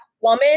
woman